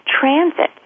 transit